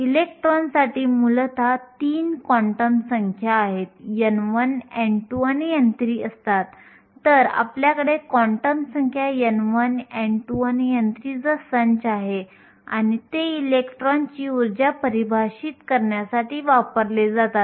electron आणि छिद्रे या दोन्हीसाठी सिलिकॉनच्या बाबतीत आपण गतिशीलता विखुरण्याआधी सामग्रीमधून इलेक्ट्रॉनची हलण्याच्या क्षमता म्हणून परिभाषित करतो